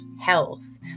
health